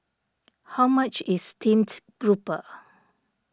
how much is Steamed Grouper